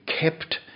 kept